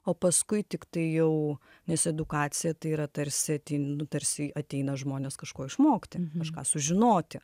o paskui tik tai jau nes edukacija tai yra tarsi atei nu tarsi ateina žmonės kažko išmokti kažką sužinoti